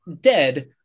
dead